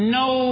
no